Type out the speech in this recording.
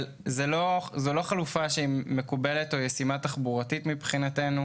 אבל זו לא חלופה שהיא מקובלת או ישימה תחבורתית מבחינתנו.